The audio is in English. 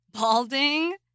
balding